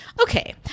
Okay